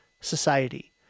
Society